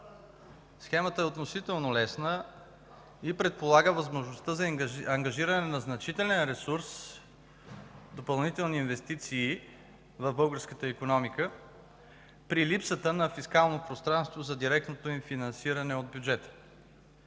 Схемата е относително лесна и предполага възможността за ангажиране на значителен ресурс допълнителни инвестиции в българската икономика при липсата на фискално пространство за директното им финансиране от бюджета.